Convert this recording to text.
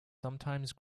sometimes